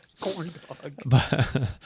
Corndog